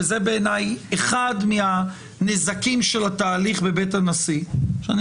ובעיניי זה אחד מהנזקים שבתהליך בבית הנשיא ואני